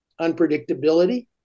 unpredictability